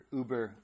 uber